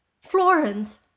Florence